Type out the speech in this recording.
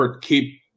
keep